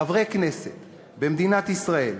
חברי כנסת במדינת ישראל,